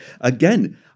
again